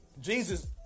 Jesus